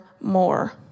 more